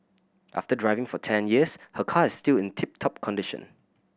after driving for ten years her car is still in tip top condition